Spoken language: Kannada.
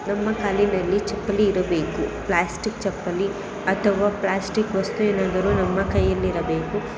ನಮ್ಮ ಕಾಲಿನಲ್ಲಿ ಚಪ್ಪಲಿ ಇರಬೇಕು ಪ್ಲಾಸ್ಟಿಕ್ ಚಪ್ಪಲಿ ಅಥವಾ ಪ್ಲಾಸ್ಟಿಕ್ ವಸ್ತು ಏನಾದರು ನಮ್ಮ ಕೈಯಲ್ಲಿರಬೇಕು